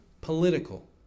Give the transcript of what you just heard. political